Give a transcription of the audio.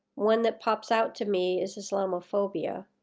one that pops out to me is islamophobia.